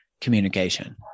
communication